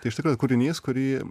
tai iš tikrųjų kūrinys kurį